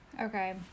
Okay